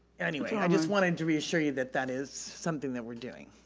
anyway, i just wanted to reassure you that that is something that we're doing.